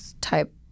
type